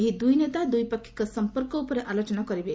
ଏହି ଦୁଇ ନେତା ଦ୍ୱିପାକ୍ଷିକ ସଂପର୍କ ଉପରେ ଆଲୋଚନା କରିବେ